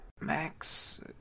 Max